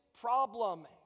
problem